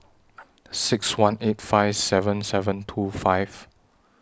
six one eight five seven seven two five